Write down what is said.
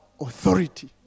authority